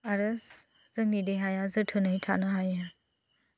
आरो जोंनि देहाया जोथोनै थानो हायो